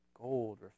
gold